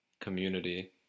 community